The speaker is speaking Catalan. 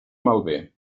malbé